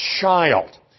child